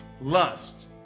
lust